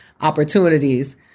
opportunities